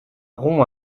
rond